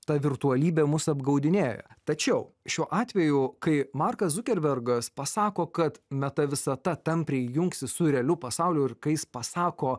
ta virtualybė mus apgaudinėja tačiau šiuo atveju kai markas zukervergas pasako kad meta visata tampriai jungsis su realiu pasauliu ir kai jis pasako